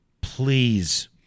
Please